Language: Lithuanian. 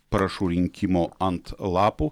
parašų rinkimo ant lapų